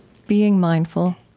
being mindful